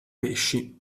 pesci